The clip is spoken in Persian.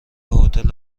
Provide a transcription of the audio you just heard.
هتل